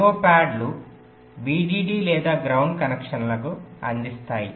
I O ప్యాడ్లు VDD లేదా ground కనెక్షన్లకు అందిస్తాయి